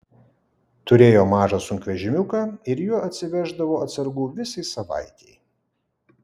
turėjo mažą sunkvežimiuką ir juo atsiveždavo atsargų visai savaitei